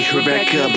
Rebecca